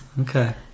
Okay